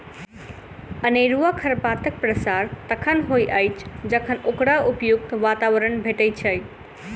अनेरूआ खरपातक प्रसार तखन होइत अछि जखन ओकरा उपयुक्त वातावरण भेटैत छै